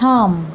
থাম